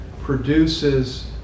produces